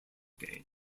game